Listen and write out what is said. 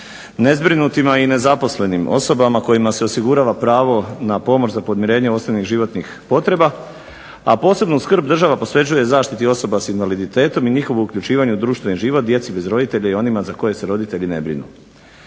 nezbrinutima i nezaposlenim osobama kojima se osigurava pravo na pomoć za podmirenje osnovnih životnih potreba. A posebnu skrb država posvećuje zaštiti osoba sa invaliditetom i njihovo uključivanje u društveni život, djeci bez roditelja i onima za koje se roditelji ne brinu.